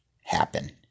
happen